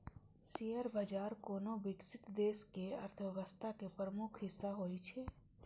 share बाजार कोनो विकसित देशक अर्थव्यवस्था के प्रमुख हिस्सा होइ छै